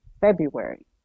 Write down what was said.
February